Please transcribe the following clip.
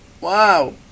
wow